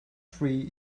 tree